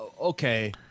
Okay